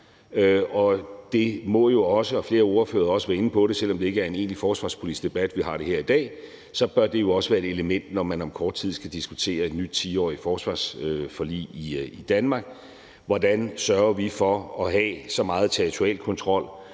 har også været inde på det, selv om det ikke er en egentlig forsvarspolitisk debat, vi har her i dag – være et element, når man om kort tid skal diskutere et nyt 10-årigt forsvarsforlig i Danmark, hvordan vi sørger for at have så meget territorial kontrol